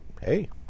hey